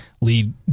lead